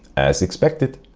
as expected.